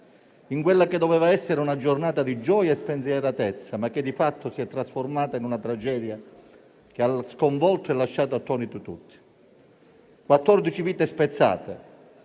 in quella che doveva essere una giornata di gioia e spensieratezza, ma che di fatto si è trasformata in una tragedia che ha sconvolto e lasciato attoniti tutti. Quattordici vite spezzate,